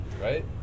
Right